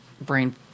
brain